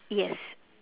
yes